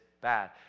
bad